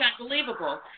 unbelievable